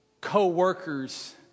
co-workers